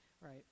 right